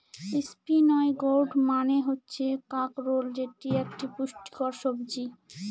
spiny gourd মানে হচ্ছে কাঁকরোল যেটি একটি পুষ্টিকর সবজি